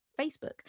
Facebook